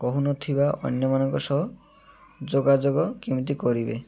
କହୁନଥିବା ଅନ୍ୟମାନଙ୍କ ସହ ଯୋଗାଯୋଗ କେମିତି କରିବେ